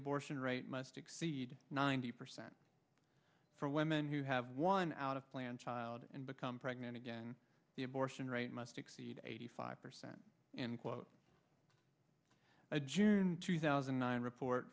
abortion rights must exceed ninety percent for women who have one out of planned child and become pregnant again the abortion rights must exceed eighty five percent in quote a june two thousand and nine report